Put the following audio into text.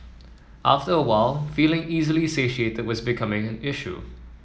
after a while feeling easily satiated was becoming an issue